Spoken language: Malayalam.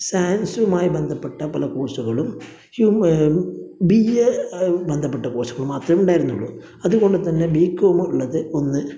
സയൻസുമായി ബന്ധപ്പെട്ട പല കോഴ്സുകളും ഹ്യൂമൻ ബി എ ആയി ബന്ധപ്പെട്ട കോഴ്സുകളും മാത്രമേ ഉണ്ടായിരുന്നുള്ളു അതുപോലെ തന്നെ ബി കോമ് ഉള്ളത് ഒന്ന്